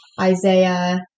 Isaiah